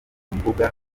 mbuga